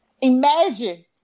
Imagine